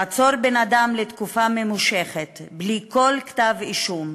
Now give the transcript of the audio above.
לעצור בן-אדם לתקופה ממושכת בלי כל כתב-אישום,